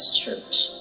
Church